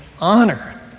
honor